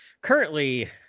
currently